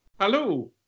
Hello